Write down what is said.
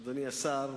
אדוני השר,